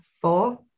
four